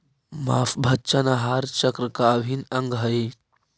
माँसभक्षण आहार चक्र का अभिन्न अंग हई